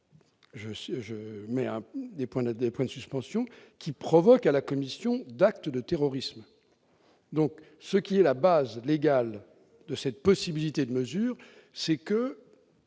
points, des points de suspension, qui provoqua la commission d'actes de terrorisme, donc ce qui est la base légale de cette possibilité de mesures c'est que